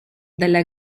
della